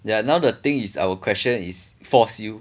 ya now the thing is our question is force you